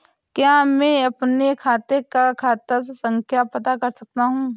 क्या मैं अपने खाते का खाता संख्या पता कर सकता हूँ?